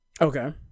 Okay